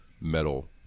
metal